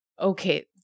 okay